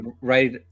right